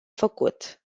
făcut